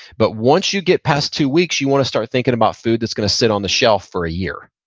but once you get past two weeks, you wanna start thinking about food that's gonna sit on the shelf for a year.